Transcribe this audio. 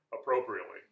appropriately